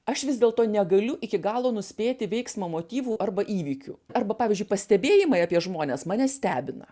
aš vis dėlto negaliu iki galo nuspėti veiksmo motyvų arba įvykių arba pavyzdžiui pastebėjimai apie žmones mane stebina